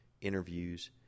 interviews